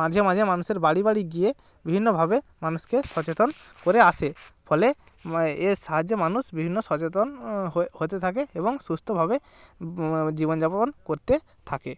মাঝে মাঝে মানুষের বাড়ি বাড়ি গিয়ে বিভিন্নভাবে মানুষকে সচেতন করে আসে ফলে এর সাহায্যে মানুষ বিভিন্ন সচেতন হয়ে হতে থাকে এবং সুস্থভাবে জীবনযাপন করতে থাকে